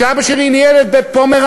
כשאבא שלי ניהל את בית-פומרנץ,